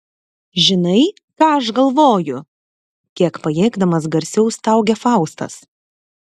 žinai ką aš galvoju kiek pajėgdamas garsiau staugia faustas